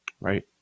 Right